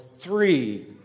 Three